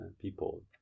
people